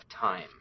time